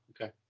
okay